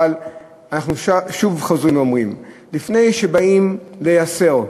אבל אנחנו שוב חוזרים ואומרים: לפני שבאים לייסר,